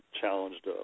challenged